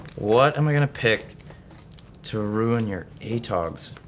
what am i gonna pick to ruin your atogs?